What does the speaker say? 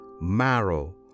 marrow